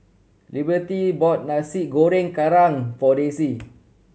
Liberty bought Nasi Goreng Kerang for Daisye